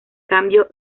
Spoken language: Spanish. cambio